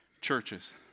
churches